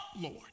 Lord